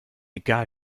egal